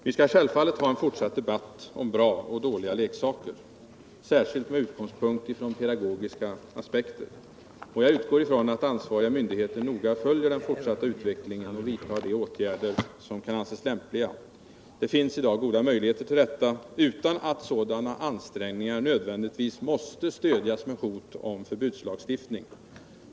Vi skall självfallet ha en fortsatt debatt om bra och dåliga leksaker, särskilt med utgångspunkt i pedagogiska aspekter. Jag utgår från att ansvariga myndigheter noga följer den fortsatta utvecklingen och vidtar de åtgärder som kan anses lämpliga. Det finns i dag goda möjligheter till detta utan att sådana ansträngningar nödvändigtvis måste stödjas med hot om förbudslagstiftning.